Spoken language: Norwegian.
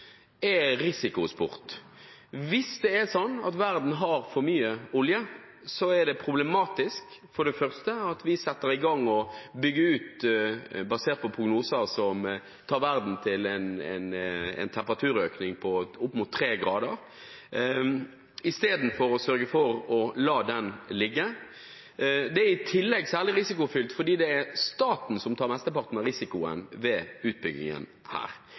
er risikosport. Hvis det er sånn at verden har for mye olje, er det for det første problematisk at vi setter i gang å bygge ut basert på prognoser som tar verden til en temperaturøkning på opp mot tre grader, istedenfor å sørge for å la den ligge. Det er i tillegg særlig risikofylt fordi det er staten som tar mesteparten av risikoen ved utbyggingen her.